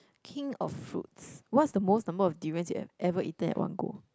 king of fruits what's the most number of durians you have ever eaten at one go